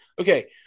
okay